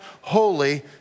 holy